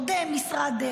עוד משרד,